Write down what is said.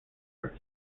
first